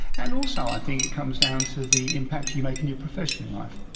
and also i think it comes down to the impact you make in your professional life.